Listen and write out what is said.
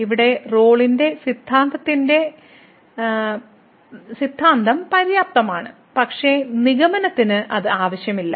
ഇവിടെ റോളിന്റെ സിദ്ധാന്തത്തിന്റെ സിദ്ധാന്തം പര്യാപ്തമാണ് പക്ഷേ നിഗമനത്തിന് അത് ആവശ്യമില്ല